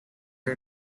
are